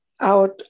out